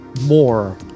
more